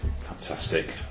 Fantastic